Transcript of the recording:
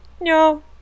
no